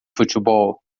futebol